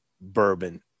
bourbon